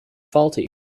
faulty